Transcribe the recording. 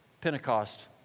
Pentecost